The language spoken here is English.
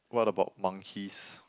what about monkeys